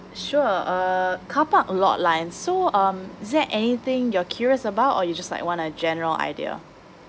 sure uh car park lot lines so um is there anything you're curious about or you just like want a general idea